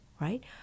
right